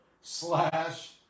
slash